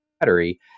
battery